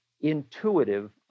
intuitive